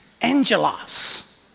Angelos